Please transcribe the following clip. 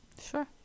sure